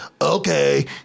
okay